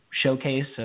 showcase